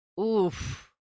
oof